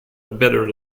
better